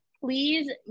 please